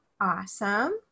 Awesome